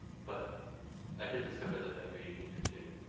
but i did discover that every week or two,